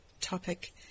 topic